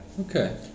Okay